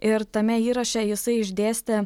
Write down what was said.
ir tame įraše jisai išdėstė